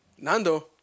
Nando